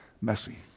messy